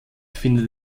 findet